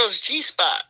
g-spot